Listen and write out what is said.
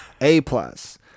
A-plus